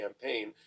campaign